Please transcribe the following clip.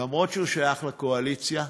למרות שהוא שייך לקואליציה,